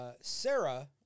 Sarah